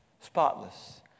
spotless